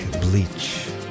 Bleach